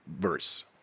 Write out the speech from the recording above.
verse